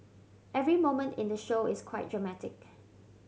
every moment in the show is quite dramatic